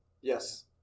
Yes